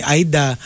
Aida